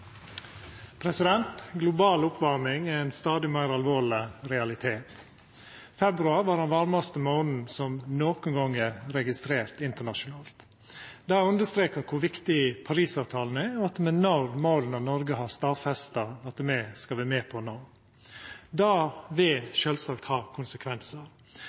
ein stadig meir alvorleg realitet. Februar var den varmaste månaden som nokon gong er registrert internasjonalt. Det understrekar kor viktig Paris-avtalen er – at me når måla som Noreg har stadfesta at me skal vera med på å nå. Det vil sjølvsagt ha konsekvensar.